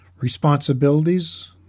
responsibilities